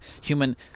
human